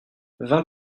vingt